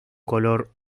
color